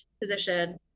position